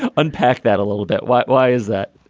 ah unpack that a little bit. why why is that?